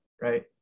Right